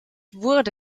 wurde